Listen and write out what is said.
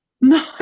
no